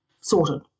sorted